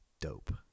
dope